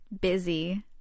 busy